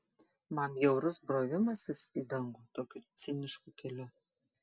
man bjaurus brovimasis į dangų tokiu cinišku keliu